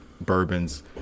bourbons